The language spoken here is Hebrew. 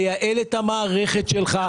תייעל את המערכת שלך,